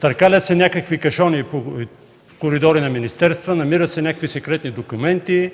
Търкалят се някакви кашони по коридори на министерства, намират се някакви секретни документи,